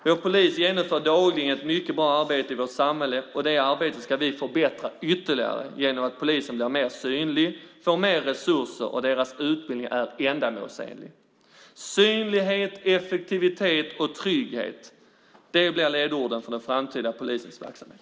Vår polis genomför dagligen ett mycket bra arbete i vårt samhälle, och det arbetet ska vi förbättra ytterligare genom att polisen blir mer synlig och får mer resurser och att deras utbildning är ändamålsenlig. Synlighet, effektivitet och trygghet - det blir ledorden för den framtida polisens verksamhet.